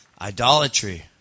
Idolatry